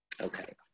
Okay